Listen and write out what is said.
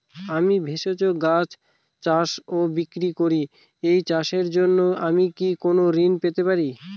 আমি ভেষজ গাছ চাষ ও বিক্রয় করি এই চাষের জন্য আমি কি কোন ঋণ পেতে পারি?